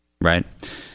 Right